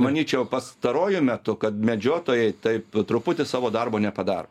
manyčiau pastaruoju metu kad medžiotojai taip truputį savo darbo nepadaro